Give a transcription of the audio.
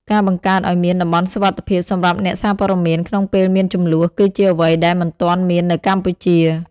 ការបង្កើតឱ្យមាន "តំបន់សុវត្ថិភាព" សម្រាប់អ្នកសារព័ត៌មានក្នុងពេលមានជម្លោះ គឺជាអ្វីដែលមិនទាន់មាននៅកម្ពុជា។